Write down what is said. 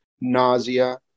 nausea